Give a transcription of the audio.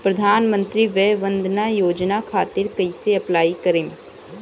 प्रधानमंत्री वय वन्द ना योजना खातिर कइसे अप्लाई करेम?